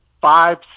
five